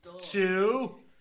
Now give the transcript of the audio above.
two